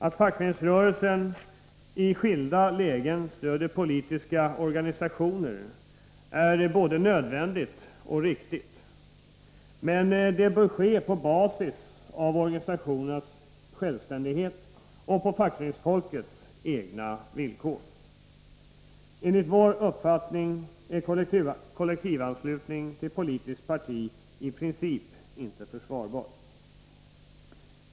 Att fackföreningsrörelsen i skilda lägen stöder politiska organisationer är både nödvändigt och riktigt, men det bör ske på basis av organisationens självständighet och på fackföreningsfolkets egna villkor. Enligt vår uppfattning är kollektivanslutning till politiskt parti i princip inte försvarbar.